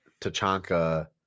tachanka